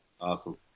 awesome